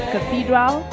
Cathedral